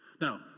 Now